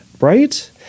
right